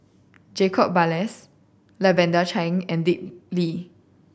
Jacob Ballas Lavender Chang and Dick Lee